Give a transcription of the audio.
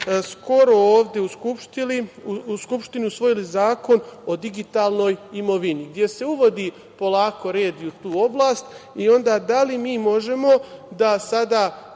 skoro ovde u Skupštini usvojili zakon o digitalnoj imovini gde se uvodi polako red i u tu oblast i onda da li mi možemo da sada